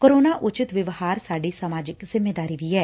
corona ਉਚਿਤ ਵਿਵਹਾਰ ਸਾਡੀ ਸਮਾਜਿਕ ਜਿੰਮੇਵਾਰੀ ਵੀ ਐ